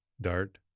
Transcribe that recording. Dart